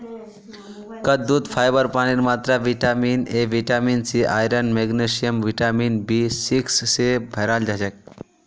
कद्दूत फाइबर पानीर मात्रा vitamin A vitamin C iron magnesium vitamin B six स भोराल हछेक